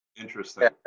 Interesting